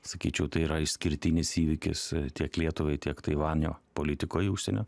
sakyčiau tai yra išskirtinis įvykis tiek lietuvai tiek taivanio politikoj užsienio